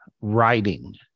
writing